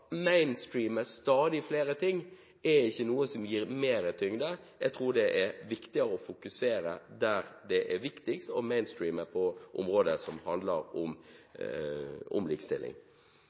stadig flere ting, er ikke noe som gir mer tyngde. Jeg tror det er viktigere å fokusere der det er viktigst, «mainstreame» på områder som handler om likestilling.